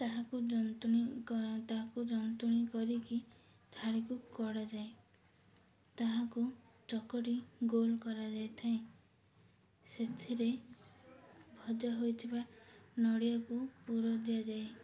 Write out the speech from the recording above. ତାହାକୁ ଜନ୍ତୁଣି ତାହାକୁ ଜନ୍ତୁଣି କରିକି ଥାଳିକୁ କଢ଼ାଯାଏ ତାହାକୁ ଚକଟି ଗୋଲ କରାଯାଇ ଥାଏ ସେଥିରେ ଭଜା ହୋଇଥିବା ନଡ଼ିଆକୁ ପୁର ଦିଆଯାଏ